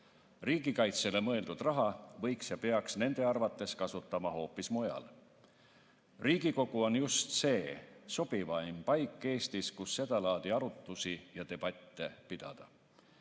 Riigikaitsele mõeldud raha võiks nende arvates kasutada ja peaks kasutama hoopis mujal. Riigikogu on just see sobivaim paik Eestis, kus seda laadi arutlusi ja debatte pidada.